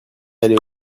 aller